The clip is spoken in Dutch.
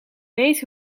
weet